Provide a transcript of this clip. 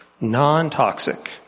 Non-Toxic